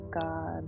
god